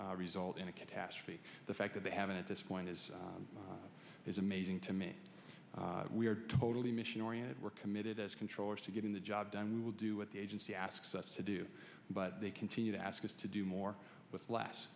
eventually result in a catastrophe the fact that they haven't at this point is is amazing to me we're totally mission oriented we're committed as controllers to getting the job done we will do what the agency asks us to do but they continue to ask us to do more with less